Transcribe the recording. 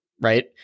right